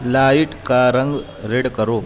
light کا رنگ red کرو